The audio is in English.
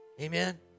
Amen